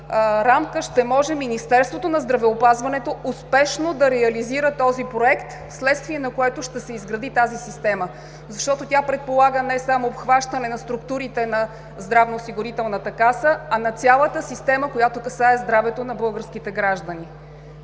рамка ще може Министерството на здравеопазването успешно да реализира този проект, в следствие на което ще се изгради тази система, защото тя предполага не само обхващане на структурите на Здравноосигурителната каса, а на цялата система, която касае здравето на българските граждани.